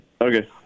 Okay